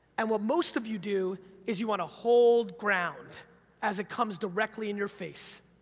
and what most of you do is you wanna hold ground as it comes directly in your face.